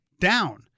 down